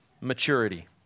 maturity